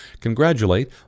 congratulate